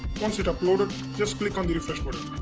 once it uploaded just click on the refresh button